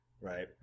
Right